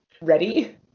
ready